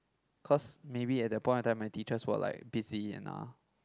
cause maybe at that point of time my teachers were like busy and all